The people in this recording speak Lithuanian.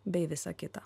bei visa kita